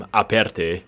aperte